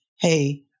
hey